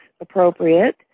appropriate